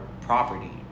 property